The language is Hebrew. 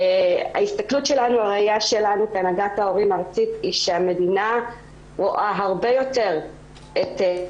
ההסתכלות שלנו כהנהגת ההורים הארצית היא שהמדינה רואה הרבה יותר את הצד